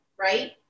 right